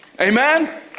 Amen